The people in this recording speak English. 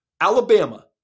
Alabama